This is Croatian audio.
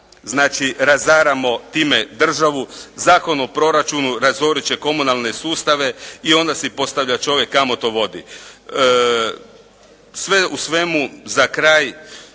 znači razaramo time državu, Zakon o proračunu razoriti će komunalne sustave i onda si postavlja čovjek kamo to vodi.